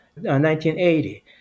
1980